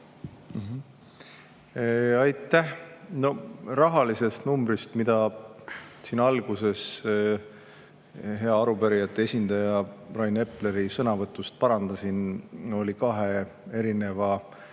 Aitäh! Rahanumbris, mida ma siin alguses hea arupärijate esindaja Rain Epleri sõnavõtus parandasin, oli kahe erineva